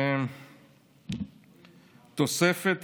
תוספת